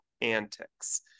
antics